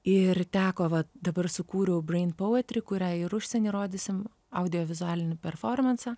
ir teko va dabar sukūriau brain poetry kurią ir užsieny rodysim audiovizualinį performansą